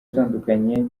atandukanye